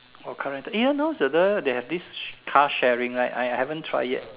or current ya eh you all know the they have this uh car sharing right I haven't try yet